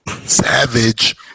Savage